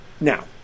Now